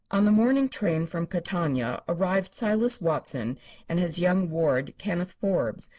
on the morning train from catania arrived silas watson and his young ward kenneth forbes,